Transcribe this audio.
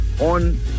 on